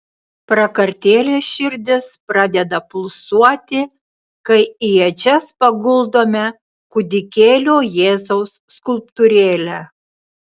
prakartėlės širdis pradeda pulsuoti kai į ėdžias paguldome kūdikėlio jėzaus skulptūrėlę